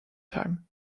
time